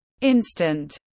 instant